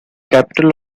capital